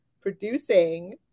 producing